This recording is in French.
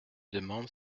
demande